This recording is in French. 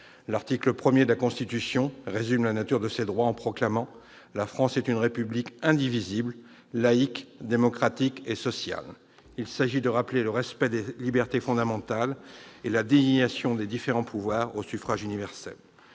L'article 1 de la Constitution résume la nature de ces droits en proclamant :« La France est une République indivisible, laïque, démocratique et sociale. » Il s'agit de rappeler les principes du respect des libertés fondamentales et de la désignation des différents pouvoirs par le suffrage universel.